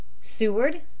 Seward